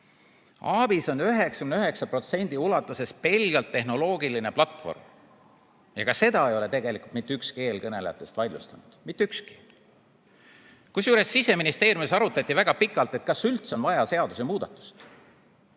ABIS on 99% ulatuses pelgalt tehnoloogiline platvorm. Ka seda ei ole tegelikult mitte ükski eelkõnelejatest vaidlustanud – mitte ükski. Kusjuures Siseministeeriumis arutati väga pikalt, kas üldse on vaja seadusemuudatust.